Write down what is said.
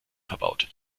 verbaut